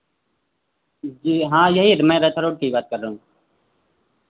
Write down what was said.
जी हाँ यही मैं रैथा रोड की ही बात कर रहा हूँ